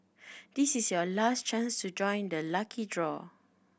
this is your last chance to join the lucky draw